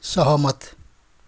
सहमत